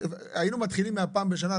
היינו מתחילים מהפעם בשנה,